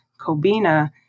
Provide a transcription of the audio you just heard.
Kobina